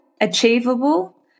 achievable